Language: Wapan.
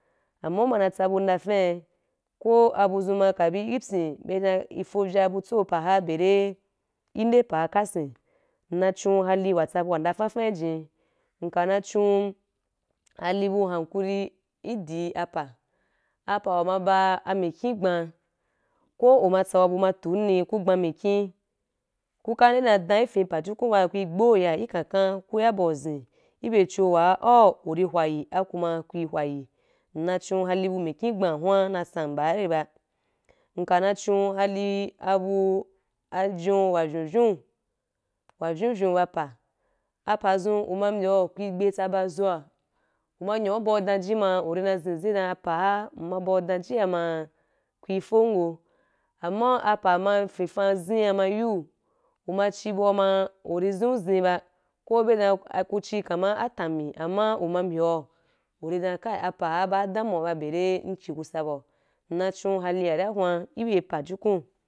Amma uma na tsabu nosfa’e, ko abuzun ka be ifye, be dan ifovya butso pa’ ha beri nde pa ha kasin nna chon halim na tsabu wa ndafafa ijin, nkan na chon halim bu hankuri idiun apa, apa ma ba amikhi gba, ko uma tsabu ma tu’ni, ku gha mikhi ko kan nde na dɛn ifin pajukun ba, ku gbe ya kakan, ku ya bau zīn, ibe chon wa au uri hwayi aku ma ku hwayi. Nna chon halim ba mikhi gba hun’a, na san ɓa’re ba. Nka na chon halim abu avyon wa vyon, wa vyon vyon ba pa. Apa zun, uma bya, ku gbe tsaba zoa, uma nya bu’bau danji ma uri na zinzi dan apa’ha, uma bau danji’a ma ku ri fokon? Amma apa ma fin fɛ azin ma yu, uma chi bau ma, uri zinzi ba, ko be dan kuchi, kamar atami, amma uma byeu uri dan kai! Apa’ a ba’ a damuwa ba beri ichi kusa ba, nna chon halim wari ahun ibe pa-jukun.